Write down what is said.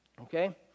Okay